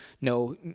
No